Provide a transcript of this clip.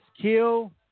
kill